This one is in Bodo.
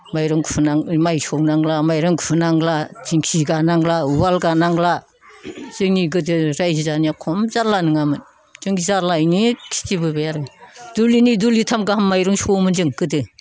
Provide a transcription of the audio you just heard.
माइरं खुरनाङा माइ सौनांला माइरं खुरनांला दिंखि गानांला उवाल गानांला जोंनि गोदो रायजो जानाया खम जाल्ला नङामोन जों जाल्लायैनो खिथिबोबाय आरो दुलिनै दुलिथाम गाहाम सौयोमोन जों गोदो